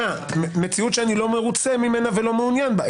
מציאות שאני לא מרוצה ממנה ולא מעוניין בה.